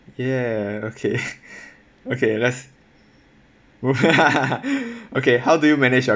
ya okay okay let's okay how do you manage your